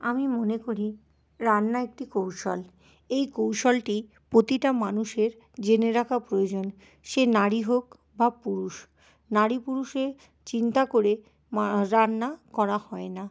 আমি মনে করি রান্না একটি কৌশল এই কৌশলটি প্রতিটা মানুষের জেনে রাখা প্রয়োজন সে নারী হোক বা পুরুষ নারী পুরুষের চিন্তা করে রান্না করা হয় না